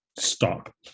stop